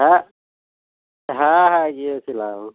হ্যাঁ হ্যাঁ হ্যাঁ গিয়েছিলাম